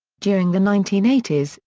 during the nineteen eighty s,